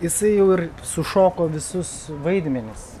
jisai jau ir sušoko visus vaidmenis